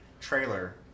trailer